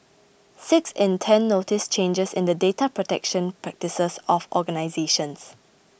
six in ten noticed changes in the data protection practices of organisations